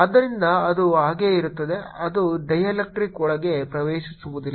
ಆದ್ದರಿಂದ ಅದು ಹಾಗೆ ಇರುತ್ತದೆ ಅದು ಡೈಎಲೆಕ್ಟ್ರಿಕ್ ಒಳಗೆ ಪ್ರವೇಶಿಸುವುದಿಲ್ಲ